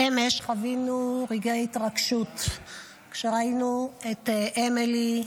אמש חווינו רגעי התרגשות כשראינו את אמילי,